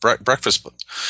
breakfast